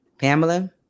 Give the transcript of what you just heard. Pamela